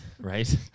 right